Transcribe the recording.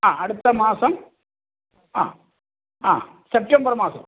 ആ അടുത്ത മാസം ആ ആ സെപ്റ്റംബർ മാസം